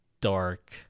dark